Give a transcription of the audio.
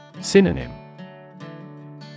Synonym